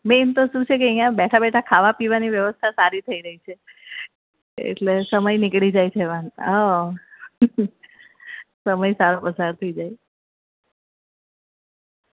main તો શું છે કે અહીંયા બેઠાં બેઠાં ખાવા પીવાની વ્યવસ્થા સારી થઈ રહી છે એટલે સમય નીકળી જાય છે સમય સારો પસાર થઈ જાય